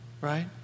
right